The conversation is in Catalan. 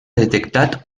detectat